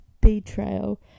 betrayal